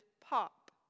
Pop